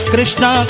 Krishna